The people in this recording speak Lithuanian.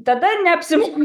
tada neapsimoka